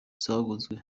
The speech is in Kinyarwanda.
zavuzwe